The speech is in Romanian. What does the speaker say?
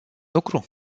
lucru